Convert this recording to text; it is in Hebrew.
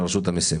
לרשות המיסים